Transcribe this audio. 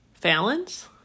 Fallons